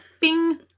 Bing